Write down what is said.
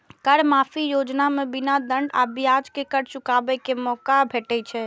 कर माफी योजना मे बिना दंड आ ब्याज के कर चुकाबै के मौका भेटै छै